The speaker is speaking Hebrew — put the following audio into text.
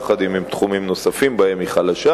יחד עם תחומים נוספים שבהם היא חלשה,